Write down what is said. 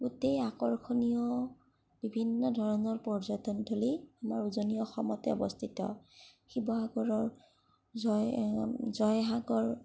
গোটেই আকৰ্ষণীয় বিভিন্ন ধৰণৰ পৰ্যটনথলী আমাৰ উজনি অসমতে অৱস্থিত শিৱসাগৰৰ জয় জয়সাগৰ